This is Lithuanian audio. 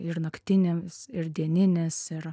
ir naktinėmis ir dieninės ir